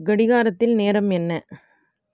கடிகாரத்தில் நேரம் என்ன